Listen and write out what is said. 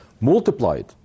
multiplied